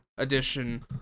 Edition